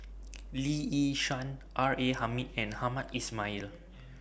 Lee Yi Shyan R A Hamid and Hamed Ismail